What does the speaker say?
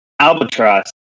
albatross